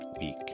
week